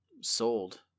sold